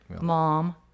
mom